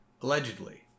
Allegedly